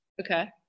Okay